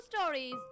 stories